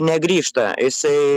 negrįžta jisai